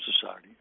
Society